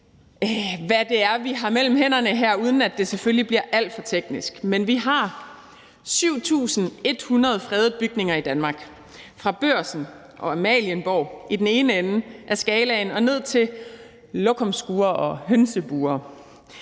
hvad det er, vi har mellem hænderne her, uden at det selvfølgelig bliver alt for teknisk, men vi har 7.100 fredede bygninger i Danmark – fra Børsen og Amalienborg i den ene ende af skalaen og ned til lokumsskure og hønsebure.